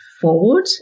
forward